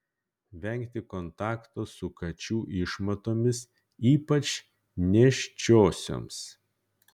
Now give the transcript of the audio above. vengti kontakto su kačių išmatomis ypač nėščiosioms